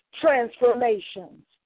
transformations